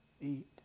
eat